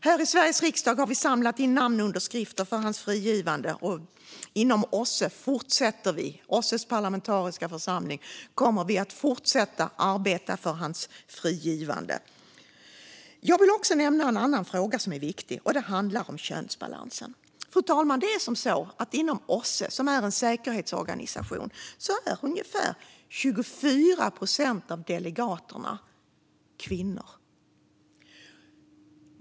Här i Sveriges riksdag har vi samlat in namnunderskrifter för hans frigivande, och vi fortsätter inom OSSE. I OSSE:s parlamentariska församling kommer vi att fortsätta att arbeta för hans frigivande. Jag vill också nämna en annan fråga som är viktig. Det handlar om könsbalansen. Inom OSSE, som är en säkerhetsorganisation, är ungefär 24 procent av delegaterna kvinnor.